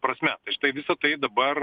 prasme tai štai visa tai dabar